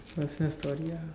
personal story lah